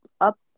up